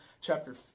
chapter